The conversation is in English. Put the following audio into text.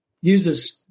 uses